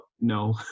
no